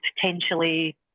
potentially